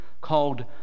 called